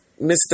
Mr